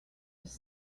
was